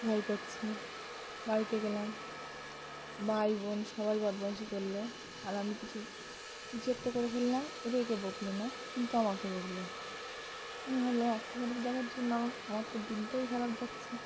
ভয় করছে বাড়িতে গেলাম ভাই বোন সবাই বদমায়েশি করলো আর আমি কিছু কিছু একটা করে ফেললাম ওদেরকে বকলো না কিন্তু আমাকে বকলো আমি ভাবলাম একটা শালিক দেখার জন্য আমার তো দিনটাই খারাপ যাচ্ছে